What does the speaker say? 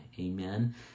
Amen